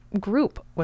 group